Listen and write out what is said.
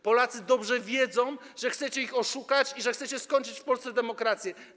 Polacy dobrze wiedzą, że chcecie ich oszukać i że chcecie zakończyć w Polsce demokrację.